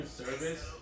service